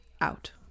out